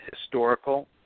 historical